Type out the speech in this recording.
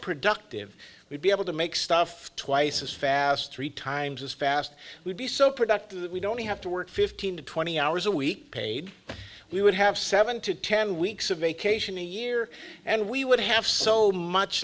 productive we'd be able to make stuff twice as fast three times as fast we'd be so productive that we don't have to work fifteen to twenty hours a week paid we would have seven to ten weeks of vacation a year and we would have so much